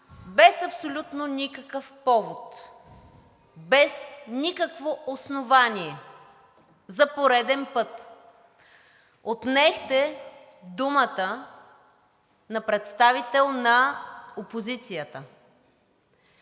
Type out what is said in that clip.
без абсолютно никакъв повод, без никакво основание за пореден път отнехте думата на представител на опозицията.